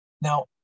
Now